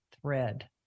thread